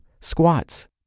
Squats